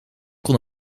kon